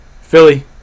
philly